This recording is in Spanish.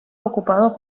ocupado